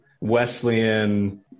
Wesleyan